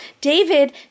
David